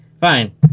fine